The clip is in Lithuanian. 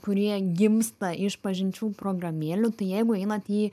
kurie gimsta iš pažinčių programėlių tai jeigu einant į